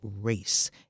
race